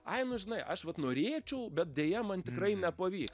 ai nu žinai aš vat norėčiau bet deja man tikrai nepavyks